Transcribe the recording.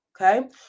okay